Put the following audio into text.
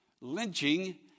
lynching